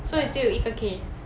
所以只有一个 case then you just monkeys